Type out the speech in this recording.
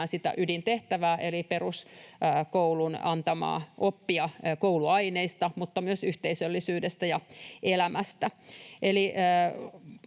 sitä ydintehtävää eli peruskoulun antamaa oppia kouluaineista mutta myös yhteisöllisyydestä ja elämästä.